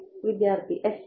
വിദ്യാർത്ഥി s x